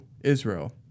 Israel